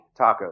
tacos